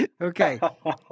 Okay